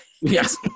Yes